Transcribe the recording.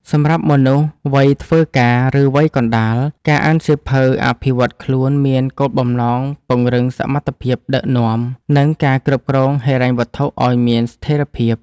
សម្រាប់មនុស្សវ័យធ្វើការ ឬវ័យកណ្ដាល ការអានសៀវភៅអភិវឌ្ឍខ្លួនមានគោលបំណងពង្រឹងសមត្ថភាពដឹកនាំ និងការគ្រប់គ្រងហិរញ្ញវត្ថុឱ្យមានស្ថិរភាព។